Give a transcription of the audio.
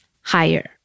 higher